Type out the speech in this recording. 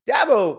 Dabo